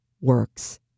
works